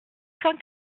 cent